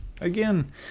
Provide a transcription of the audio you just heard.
again